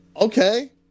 Okay